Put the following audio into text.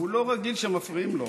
הוא לא רגיל שמפריעים לו.